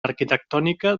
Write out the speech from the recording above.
arquitectònica